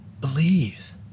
Believe